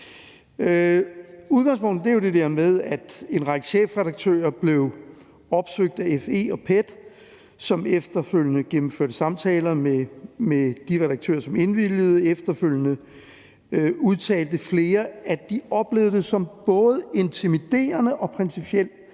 Udgangspunktet er det der med, at en række chefredaktører blev opsøgt af FE og PET, som efterfølgende gennemførte samtaler med de redaktører, som indvilligede. Efterfølgende udtalte flere, at de oplevede det som både intimiderende og principielt